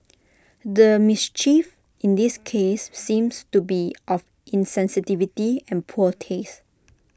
the mischief in this case seems to be of insensitivity and poor taste